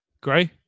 great